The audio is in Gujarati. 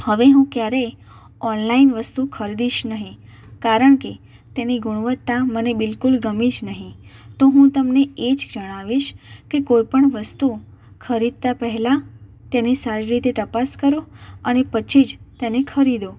હવે હું ક્યારેય ઓનલાઇન વસ્તુ ખરીદીશ નહીં કારણ કે તેની ગુણવત્તા મને બિલકુલ ગમી જ નહીં તો હું તમને એ જ જણાવીશ કે કોઇપણ વસ્તુ ખરીદતા પહેલાં તેની સારી રીતે તપાસ કરો અને પછી જ તેને ખરીદો